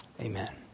Amen